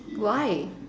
why